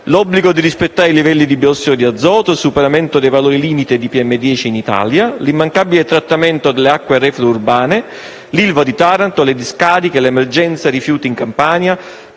l'obbligo di rispettare i livelli di biossido di azoto, il superamento dei valori limite di PM10 in Italia, l'immancabile trattamento delle acque reflue urbane, l'ILVA di Taranto, le discariche e l'emergenza rifiuti in Campania,